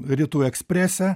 rytų eksprese